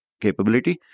capability